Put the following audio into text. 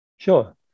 Sure